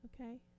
Okay